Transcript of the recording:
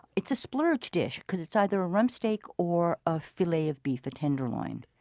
it's a splurge dish, because it's either a rump steak or a filet of beef a tenderloin.